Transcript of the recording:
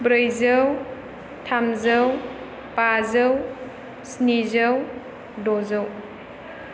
ब्रैजौ थामजौ बाजौ स्निजाै द'जौ